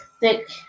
thick